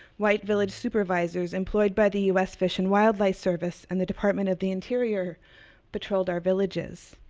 white village supervisors employed by the u s. fish and wildlife service and the department of the interior patrolled our villages.